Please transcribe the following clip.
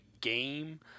game